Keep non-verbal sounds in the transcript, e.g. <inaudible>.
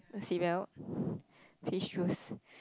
seat belt <breath> fish juice